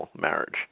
marriage